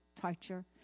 torture